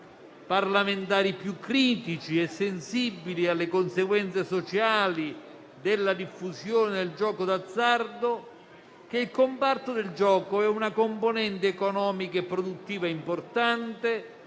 parlamentari più critici e sensibili alle conseguenze sociali della diffusione del gioco d'azzardo, che il comparto del gioco è una componente economica e produttiva importante,